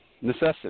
necessity